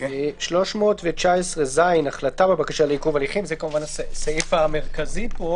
סעיף 319ז הוא כמובן הסעיף המרכזי פה